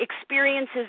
experiences